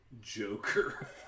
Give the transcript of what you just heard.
Joker